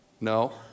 No